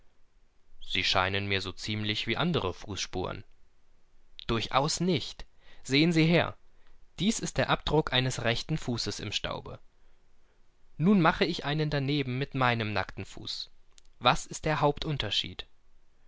sie sind beinahe ebenso wie andere fußabdrücke auch aussehen nicht exakt sehen sie hierher dies ist der abdruck eines rechten fußes im staub nun mache ich einen mit meinem nackten fuß genau daneben was ist der hauptunterschied